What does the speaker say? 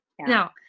now